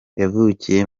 yavukiye